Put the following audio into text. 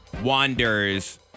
wanders